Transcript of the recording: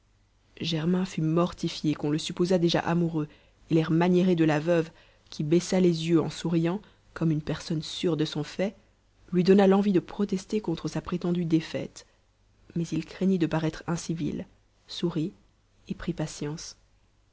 germain fut mortifié qu'on le supposât déjà amoureux et l'air maniéré de la veuve qui baissa les yeux en souriant comme une personne sûre de son fait lui donna l'envie de protester contre sa prétendue défaite mais il craignit de paraître incivil sourit et prit patience